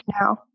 now